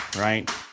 right